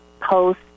post